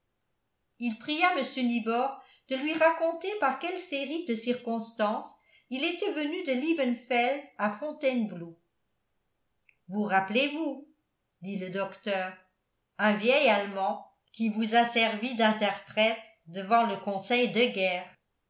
il pria mr nibor de lui raconter par quelle série de circonstances il était venu de liebenfeld à fontainebleau vous rappelez-vous dit le docteur un vieil allemand qui vous a servi d'interprète devant le conseil de guerre